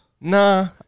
Nah